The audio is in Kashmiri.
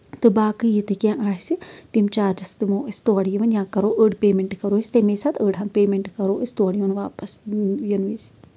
تہٕ باقٕے یہِ تہِ کیٚنٛہہ آسہِ تِم چارجٕز دِمو أسۍ تورٕ یِوُن یا کَرو أڈۍ پے مینٛٹ کَرو أسۍ تَمہِ ساتہٕ أڈۍ ۂن پےمینٛٹ کَرو أسۍ تورٕ یِوُن واپَس ییٚنہِ وِز